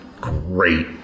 great